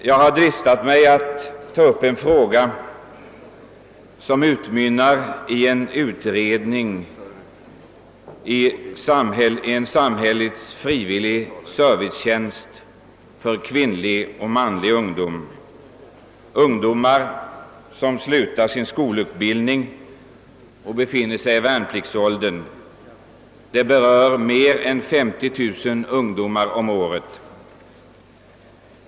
Jag har dristat mig att ta upp en fråga som utmynnar i ett förslag om en utredning av en samhällets frivilliga servicetjänst för kvinnlig och manlig ungdom — ungdomar som slutat sin skolutbildning och befinner sig i värnpliktsåldern. Det skulle beröra mer än 50 000 ungdomar om året.